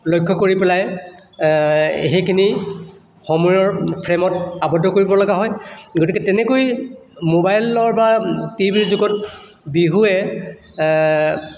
লক্ষ্য কৰি পেলাই সেইখিনি সময়ৰ ফ্ৰেমত আবদ্ধ কৰিব লগা হয় গতিকে তেনেকৈ মোবাইলৰ বা টি ভিৰ যুগত বিহুৱে